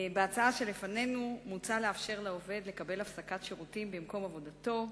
בהצעה שלפנינו מוצע לאפשר לעובד לקבל הפסקת שירותים במקום עבודתו,